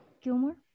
Gilmore